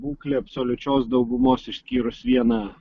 būklė absoliučios daugumos išskyrus vieną